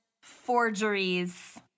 forgeries